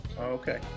okay